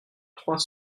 trois